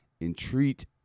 entreat